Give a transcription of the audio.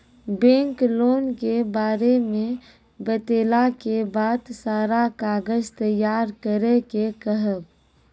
Bank loan के बारे मे बतेला के बाद सारा कागज तैयार करे के कहब?